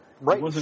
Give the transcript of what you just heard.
right